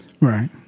Right